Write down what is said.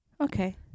Okay